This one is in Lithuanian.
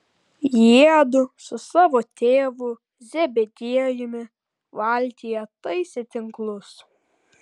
jiedu su savo tėvu zebediejumi valtyje taisė tinklus